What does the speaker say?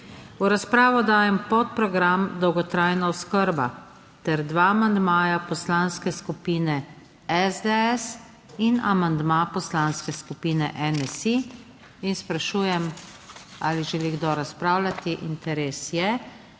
V razpravo dajem podprogram Dolgotrajna oskrba ter dva amandmaja Poslanske skupine SDS in amandma Poslanske skupine NSi in sprašujem ali želi kdo razpravljati. Interes je,